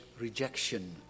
rejection